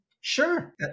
Sure